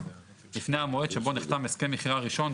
לפני המועד שבו נחתם הסכם מכירה ראשון.